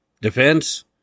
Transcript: Defense